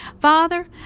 Father